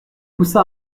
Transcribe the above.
poussa